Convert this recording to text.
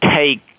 take